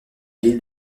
ville